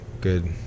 good